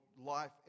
life